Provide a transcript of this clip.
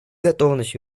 готовности